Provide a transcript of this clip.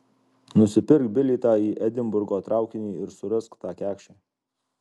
nusipirk bilietą į edinburgo traukinį ir surask tą kekšę